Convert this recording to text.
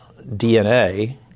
DNA